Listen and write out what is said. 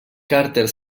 carter